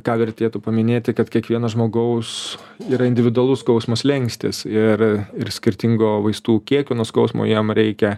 ką vertėtų paminėti kad kiekvieno žmogaus yra individualus skausmo slenkstis ir ir skirtingo vaistų kiekio nuo skausmo jam reikia